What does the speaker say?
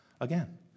Again